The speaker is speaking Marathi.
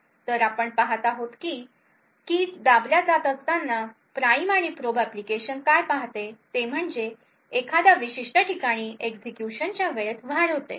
तर आपण पाहतो की कीज दाबल्या जात असताना प्राइम अँड प्रोब एप्लीकेशन काय पाहते ते म्हणजे एखाद्या विशिष्ट ठिकाणी एक्झिक्युशन च्या वेळेत वाढ होते